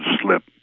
slip